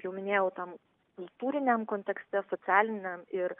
jau minėjau tam kultūriniam kontekste socialiniam ir